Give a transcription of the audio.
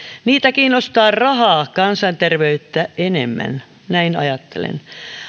niitä kiinnostaa raha kansanterveyttä enemmän näin ajattelen